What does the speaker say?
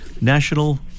National